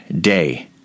day